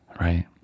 right